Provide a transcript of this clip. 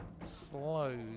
slow